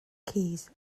keys